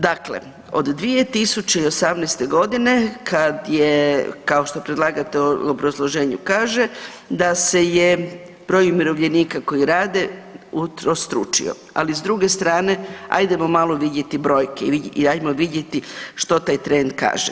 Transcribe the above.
Dakle, od 2018. godine kad je kao što predlagatelj u obrazloženju kaže da se je broj umirovljenika koji rade utrostručio, ali s druge strane, ajdemo malo vidjeti brojke i ajmo vidjeti što taj trend kaže.